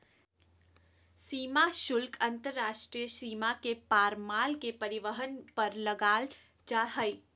सीमा शुल्क अंतर्राष्ट्रीय सीमा के पार माल के परिवहन पर लगाल जा हइ